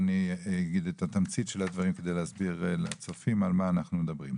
ואני אגיד את התמצית של הדברים כדי להסביר לצופים על מה אנחנו מדברים.